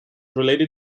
related